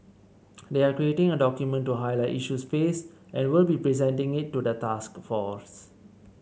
they are creating a document to highlight issues faced and will be presenting it to the task force